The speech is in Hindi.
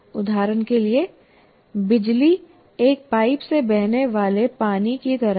उदाहरण के लिए बिजली एक पाइप से बहने वाले पानी की तरह है